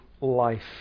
Life